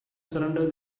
surrender